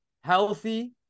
healthy